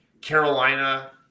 Carolina